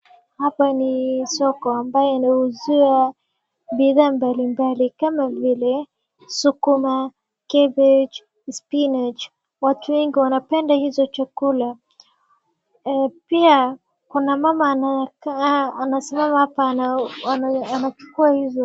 hapa ni soko ambayo inauza bidhaa mbalimbali kama vile ,sukuma , cabbage , spinach , watu wengi wanapenda hizo chakula pia kuna mama anasimama hapa anachukua hizo